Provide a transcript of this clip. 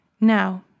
Now